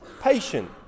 patient